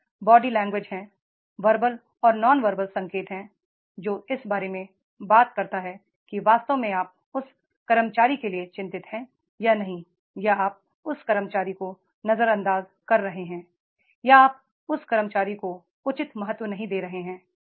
फिर body language हैं verbal और नॉन वर्बल संकेत हैं जो इस बारे में बात करता है कि वास्तव में आप उस कर्मचारी के लिए चिं तित हैं या नहीं या आप उस कर्मचारी को नजरअंदाज कर रहे हैं या आप उस कर्मचारी को उचित महत्व नहीं दे रहे हैं